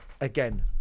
again